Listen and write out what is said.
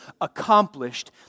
accomplished